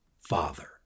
father